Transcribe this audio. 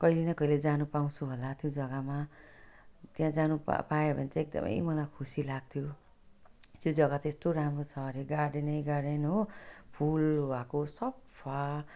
कहिले न कहिले जानु पाउँछु होला त्यो जगामा त्यहाँ जानु प पाएँ भने चाहिँ एकदम मलाई खुसी लाग्थ्यो त्यो जगा चाहिँ यस्तो राम्रो छ हरे गार्डनै गार्डन हो फुल भएको सफा